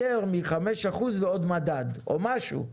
יותר מ-5% ועוד מדד." או משהו.